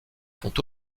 font